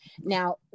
Now